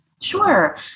Sure